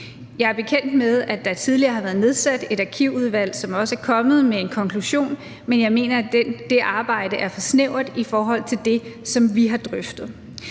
Jeg er bekendt med, at der tidligere har været nedsat et arkivudvalg, som også er kommet med en konklusion, men jeg mener, at det arbejde er for snævert i forhold til det, som vi har drøftet.